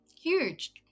Huge